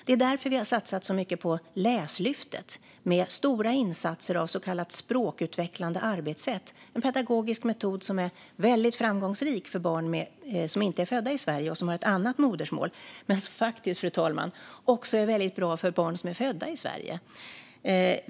Det är därför som vi har satsat så mycket på Läslyftet med stora insatser av så kallat språkutvecklande arbetssätt. Det är en pedagogisk metod som är väldigt framgångsrik för barn som inte är födda i Sverige och som har ett annat modersmål. Men det är också väldigt bra, fru talman, för barn som är födda i Sverige.